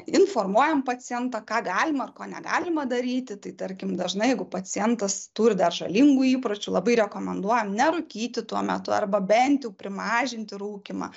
informuojam pacientą ką galima ir ko negalima daryti tai tarkim dažnai jeigu pacientas turi dar žalingų įpročių labai rekomenduojam nerūkyti tuo metu arba bent jau primažinti rūkymą